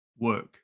work